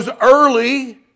early